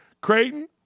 Creighton